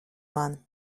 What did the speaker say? man